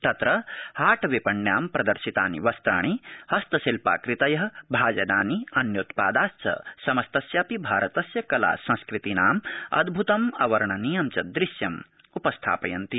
तत्र हा विपण्यां प्रदर्शितानि वस्त्राणि हस्तशिल्पाकृतय भाजनानि अन्योत्पादाश्च समस्तस्यापि भारतस्य कला संस्कृतीनाम् अद्भुतम् अवर्णनीयं च दृश्यम् उपस्थापयन्ति